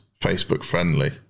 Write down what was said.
Facebook-friendly